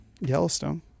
yellowstone